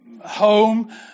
home